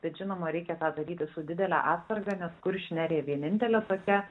bet žinoma reikia tą daryti su didele atsarga nes kuršių nerija vienintelė tokia